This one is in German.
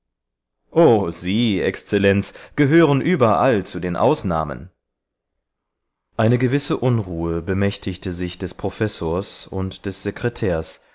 o sie exzellenz gehören überall zu den ausnahmen eine gewisse unruhe bemächtigte sich des professors und des sekretärs